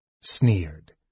sneered